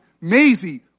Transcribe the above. Maisie